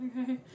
okay